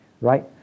Right